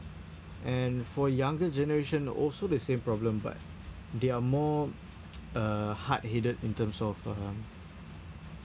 and for younger generation also the same problem but they are more uh hard headed in terms of um